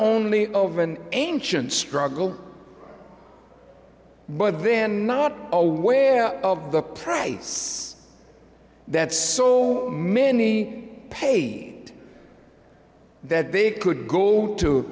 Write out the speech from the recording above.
only of an ancient struggle but then not aware of the price that so many pay that they could go to